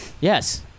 Yes